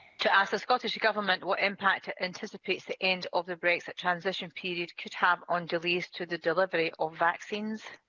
to ask the scottish government what impact it anticipates the end of the brexit transition period could have on delays to the delivery of vaccines.